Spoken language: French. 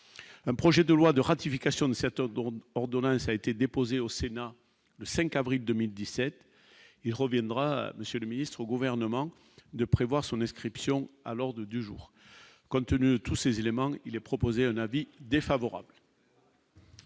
un projet de loi de ratification de cet homme dont l'ordonnance a été déposé au Sénat le 5 avril 2017, il reviendra monsieur le ministre, au gouvernement de prévoir son inscription à l'ordre du jour, compte tenu de tous ces éléments, il est proposé un avis défavorable.